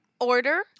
order